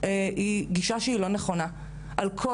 אורית סוליציאנו,